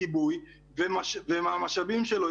כיבוי לא תהיה חלק מהתכנים שלו ומהמשאבים שלו,